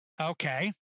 Okay